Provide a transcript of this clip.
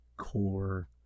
core